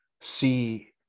see